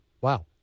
Wow